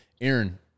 Aaron